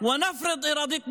מחברי הכנסת הערבים,